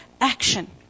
action